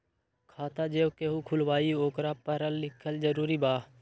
खाता जे केहु खुलवाई ओकरा परल लिखल जरूरी वा?